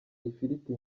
ifiriti